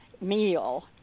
meal